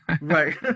Right